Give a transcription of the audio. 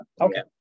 Okay